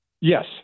Yes